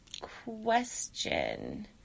question